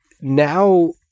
now